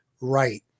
right